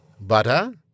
Butter